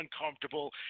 uncomfortable